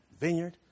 vineyard